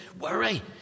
worry